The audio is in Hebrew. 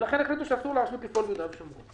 ולכן החליטו שאסור לרשות לפעול ביהודה ושומרון.